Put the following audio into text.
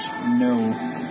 no